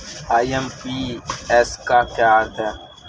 IMPS का क्या अर्थ है?